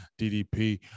DDP